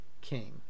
king